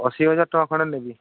ଅଶୀ ହଜାର ଟଙ୍କା ଖଣ୍ଡେ ନେବି